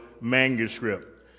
manuscript